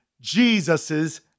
Jesus's